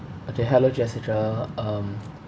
okay hello jessica um